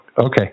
Okay